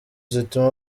zituma